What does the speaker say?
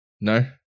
No